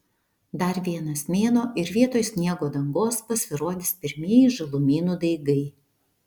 dar vienas mėnuo ir vietoj sniego dangos pasirodys pirmieji žalumynų daigai